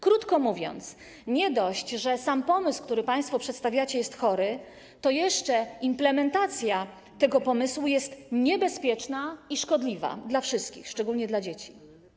Krótko mówiąc, nie dość, że sam pomysł, który państwo przedstawiacie, jest chory, to jeszcze implementacja tego pomysłu jest niebezpieczna i szkodliwa dla wszystkich, w szczególności dla dzieci.